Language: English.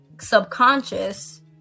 subconscious